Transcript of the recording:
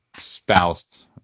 spouse